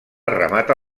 remata